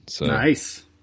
Nice